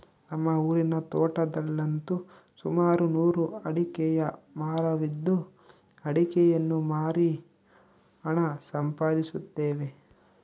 ನಮ್ಮ ಊರಿನ ತೋಟದಲ್ಲಂತು ಸುಮಾರು ನೂರು ಅಡಿಕೆಯ ಮರವಿದ್ದು ಅಡಿಕೆಯನ್ನು ಮಾರಿ ಹಣ ಸಂಪಾದಿಸುತ್ತೇವೆ